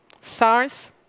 SARS